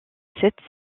sept